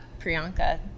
Priyanka